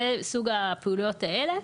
זה סוג הפעולות האלה,